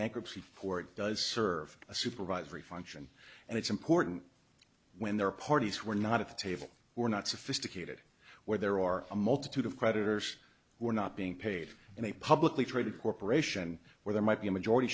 bankruptcy court does serve a supervisory function and it's important when their parties were not at the table were not sophisticated where there are a multitude of creditors who are not being paid in a publicly traded corporation where there might be a majority